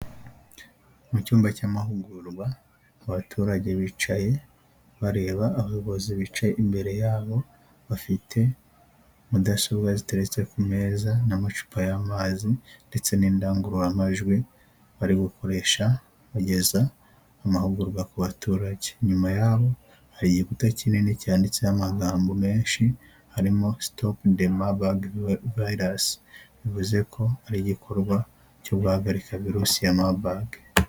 Mu cyumba cy'amahugurwa abaturage bicaye bareba abayobozi bicaye imbere yabo bafite mudasobwa ziteretse ku meza n'amacupa y'amazi ndetse n'indangururamajwi bari gukoresha bageza amahugurwa ku baturage, inyuma y'aho hari igikuta kinini cyantseho amagambo menshi harimo sitopude mabage bivuze ko ari igikorwa cyo guhagarika virusi ya mabage.